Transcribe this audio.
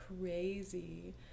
crazy